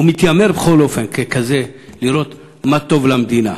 הוא מתיימר, בכל אופן, ככזה, לראות מה טוב למדינה.